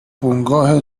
بنگاه